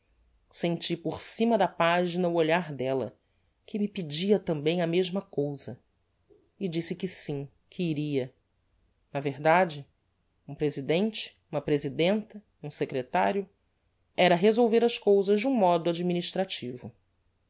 senti por cima da pagina o olhar della que me pedia tambem a mesma cousa e disse que sim que iria na verdade um presidente uma presidenta um secretario era resolver as cousas de um modo administrativo